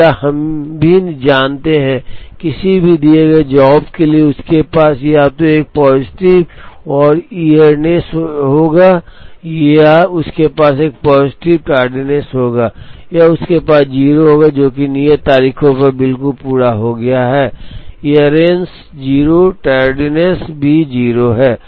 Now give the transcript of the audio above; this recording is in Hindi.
अब हम यह भी जानते हैं कि किसी भी दिए गए जॉब के लिए उसके पास या तो एक पॉजिटिव ईयरडेंस होगा या उसके पास एक पॉजिटिव टार्डनेस होगा या उसके पास 0 होगा जो कि नियत तारीख पर बिल्कुल पूरा हो गया है ईयररेंस 0 टैर्डनेस भी 0 है